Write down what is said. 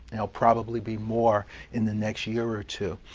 there'll probably be more in the next year or two.